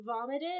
vomited